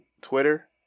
Twitter